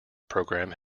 programme